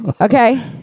okay